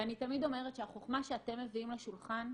ואני תמיד אומרת שהחוכמה שאתם מביאים לשולחן,